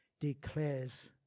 declares